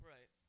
Right